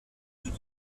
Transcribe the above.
tout